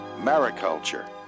mariculture